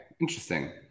Interesting